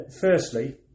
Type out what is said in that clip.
Firstly